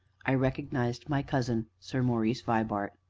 i recognized my cousin sir maurice vibart.